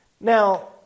Now